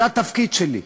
זה התפקיד שלי,